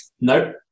Nope